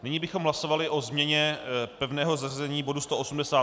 Nyní bychom hlasovali o změně pevného zařazení bodu 188.